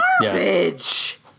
Garbage